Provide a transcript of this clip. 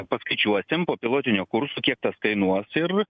paskaičiuosim po pilotinių kursų kiek tas kainuos ir